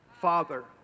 Father